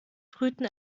brüten